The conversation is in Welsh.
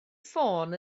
ffôn